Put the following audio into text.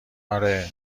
آره